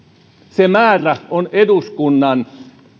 se määrä on eduskunnan